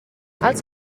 els